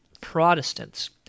Protestants